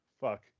Fuck